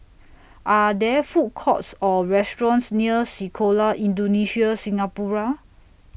Are There Food Courts Or restaurants near Sekolah Indonesia Singapura